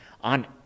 on